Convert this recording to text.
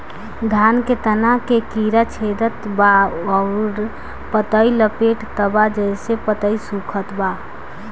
धान के तना के कीड़ा छेदत बा अउर पतई लपेटतबा जेसे पतई सूखत बा?